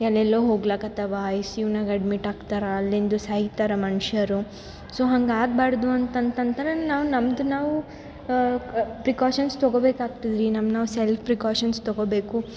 ಎಲ್ಲೆಲ್ಲೋ ಹೋಗ್ಲಾಕತ್ತಾವ ಐಸಿಯುನಾಗೆ ಅಡ್ಮಿಟ್ ಆಗ್ತಾರ ಅಲ್ಲಿಂದ ಸಾಯ್ತರ ಮನುಷ್ಯರು ಸೊ ಹಂಗೆ ಆಗಬಾಡ್ದು ಅಂತಂತಂತ್ರ ನಾವು ನಮ್ದು ನಾವು ಪ್ರಿಕಾಷನ್ಸ್ ತಗೋಬೇಕಾಗ್ತದೆ ರೀ ನಮ್ದು ನಾವು ಸೆಲ್ಫ್ ಪ್ರಿಕಾಷನ್ಸ್ ತೋಗೋಬೇಕು